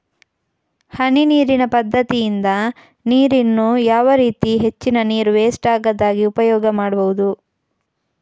ಹನಿ ನೀರಿನ ಪದ್ಧತಿಯಿಂದ ನೀರಿನ್ನು ಯಾವ ರೀತಿ ಹೆಚ್ಚಿನ ನೀರು ವೆಸ್ಟ್ ಆಗದಾಗೆ ಉಪಯೋಗ ಮಾಡ್ಬಹುದು?